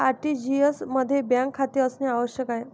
RTGS मध्ये bank खाते असणे आवश्यक आहे